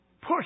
push